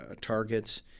targets